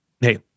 Hey